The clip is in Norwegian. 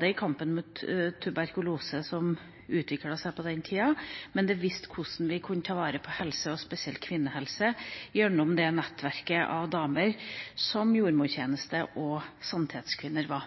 i kampen mot tuberkulose, som utviklet seg på den tida. Det viste hvordan vi kunne ta vare på helse – og spesielt kvinnehelse – gjennom det nettverket av damer som jordmortjeneste og sanitetskvinner var.